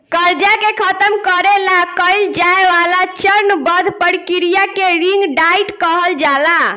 कर्जा के खतम करे ला कइल जाए वाला चरणबद्ध प्रक्रिया के रिंग डाइट कहल जाला